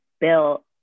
built